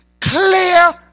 clear